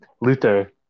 Luther